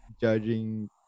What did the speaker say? judging